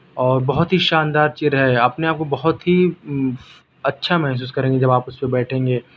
اور بہت ہی شاندار چیئر ہے اپنے آپ کو بہت ہی اچھا محسوس کریں گے جب آپ اس پہ بیٹھیں گے